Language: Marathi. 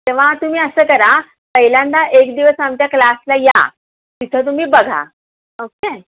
तेव्हा तुम्ही असं करा पहिल्यांदा एक दिवस आमच्या क्लासला या तिथं तुम्ही बघा ओके